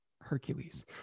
Hercules